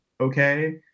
okay